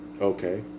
Okay